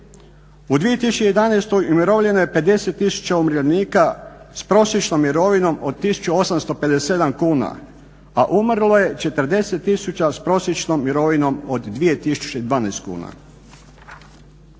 U 2011. umirovljeno je 50 tisuća umirovljenika s prosječnom mirovinom od 1857 kuna a umrlo je 40 tisuća s prosječnom mirovinom od 2012 kuna.